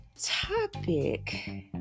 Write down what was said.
topic